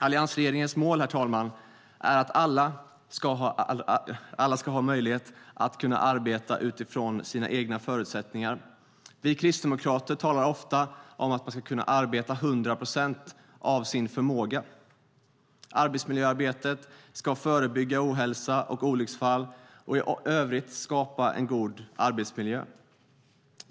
Alliansregeringens mål, herr talman, är att alla ska ha möjlighet att arbeta utifrån sina egna förutsättningar. Vi kristdemokrater talar ofta om att man ska kunna arbeta 100 procent av sin förmåga. Arbetsmiljöarbetet ska förebygga ohälsa och olycksfall och i övrigt skapa en god arbetsmiljö.